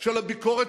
של הביקורת